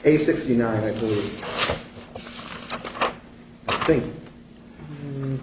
a sixty nine i think